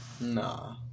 Nah